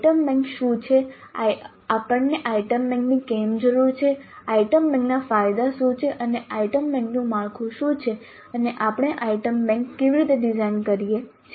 item bank શું છે આપણને આઇટમ બેંકની કેમ જરૂર છે આઇટમ બેંકના ફાયદા શું છે અને આઇટમ બેંકનું માળખું શું છે અને આપણે આઇટમ બેંક કેવી રીતે ડિઝાઇન કરીએ છીએ